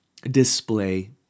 display